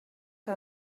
que